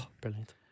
Brilliant